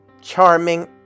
charming